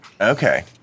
Okay